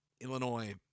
Illinois